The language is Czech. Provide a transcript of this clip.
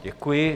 Děkuji.